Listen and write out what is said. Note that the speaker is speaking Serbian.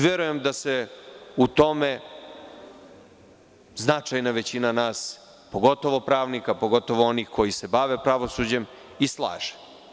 Verujem da se u tome značajna većina nas, pogotovo pravnika, pogotovo onih koji se bave pravosuđem, i slaže.